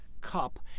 cup